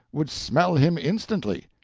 would smell him instantly.